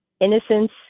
innocence